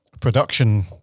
production